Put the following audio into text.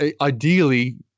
ideally